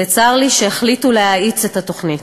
וצר לי שהחליטו להאיץ את התוכנית.